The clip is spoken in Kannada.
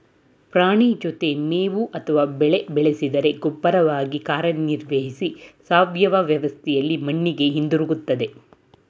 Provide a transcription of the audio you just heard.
ಪ್ರಾಣಿ ಜೊತೆ ಮೇವು ಅಥವಾ ಬೆಳೆ ಬೆಳೆಸಿದರೆ ಗೊಬ್ಬರವಾಗಿ ಕಾರ್ಯನಿರ್ವಹಿಸಿ ಸಾವಯವ ವ್ಯವಸ್ಥೆಲಿ ಮಣ್ಣಿಗೆ ಹಿಂದಿರುಗ್ತದೆ